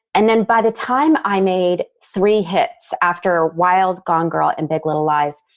and then by the time i made three hits after wild, gone girl and big little lies,